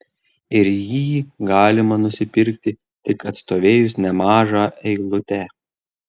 ir jį galima nusipirkti tik atstovėjus nemažą eilutę